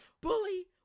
bully